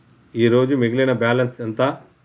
ఈరోజు మిగిలిన బ్యాలెన్స్ ఎంత?